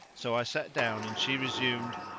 so i sat down and she resumed,